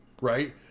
Right